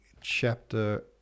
chapter